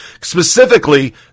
specifically